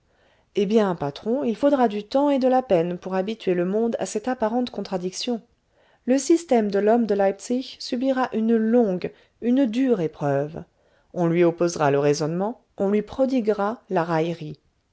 eh bien patron il faudra du temps et de la peine pour habituer le monde à cette apparente contradiction le système de l'homme de leipzig subira une longue une dure épreuve on lui opposera le raisonnement on lui prodiguera la raillerie